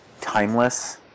timeless